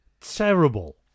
terrible